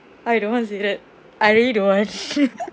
I don't want to say that I really don't want